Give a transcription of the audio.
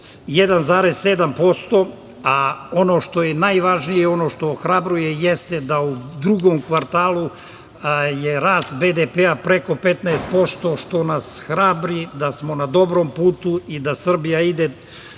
1,7%, a ono što je najvažnije i ono što ohrabruje jeste da u drugom kvartalu je rast BDP preko 15% što nas hrabri da smo na dobrom putu i da Srbija ide